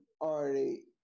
already